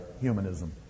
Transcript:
humanism